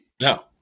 No